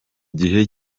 gihe